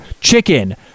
chicken